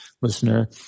listener